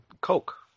Coke